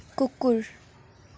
कुकुर